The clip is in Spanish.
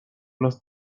los